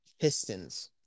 pistons